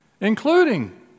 including